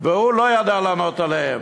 והוא לא ידע לענות עליהן,